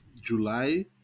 july